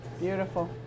Beautiful